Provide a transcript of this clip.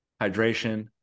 hydration